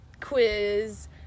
quiz